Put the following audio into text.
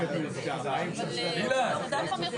להגיד לי ללכת לגור